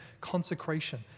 consecration